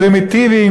פרימיטיבים,